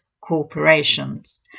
corporations